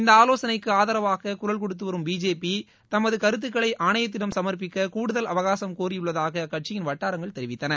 இந்த ஆலோசனைக்கு ஆதரவாக குரல் கொடுத்துவரும் பிஜேபி தமது கருத்துக்களை ஆணையத்திடம் சமாப்பிக்க கூடுதல் அவகாசம் கோரியுள்ளதாக அக்கட்சியின் வட்டாரங்கள் தெரிவித்தள